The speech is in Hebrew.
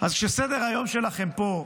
אז כשסדר-היום שלכם פה,